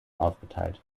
aufgeteilt